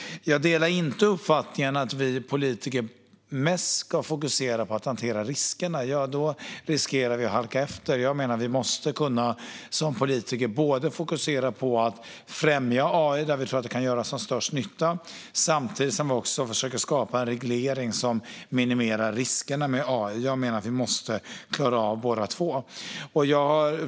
Jag delar inte uppfattningen att vi politiker mest ska fokusera på att hantera riskerna. Då riskerar vi att halka efter. Jag menar att vi som politiker måste kunna fokusera på att främja AI där vi tror att den kan göra störst nytta samtidigt som vi försöker skapa en reglering som minimerar riskerna med AI. Jag menar att vi måste klara av båda två.